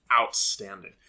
outstanding